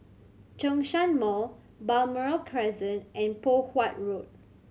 Zhongshan Mall Balmoral Crescent and Poh Huat Road